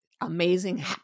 amazing